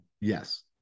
Yes